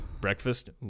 Breakfast